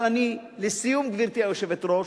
אבל לסיום, גברתי היושבת-ראש,